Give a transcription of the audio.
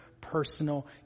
personal